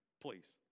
please